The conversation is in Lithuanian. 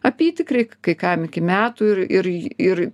apytikriai kai kam iki metų ir ir ir